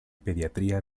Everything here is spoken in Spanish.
pediatría